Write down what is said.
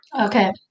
Okay